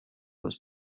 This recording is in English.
was